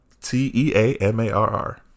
T-E-A-M-A-R-R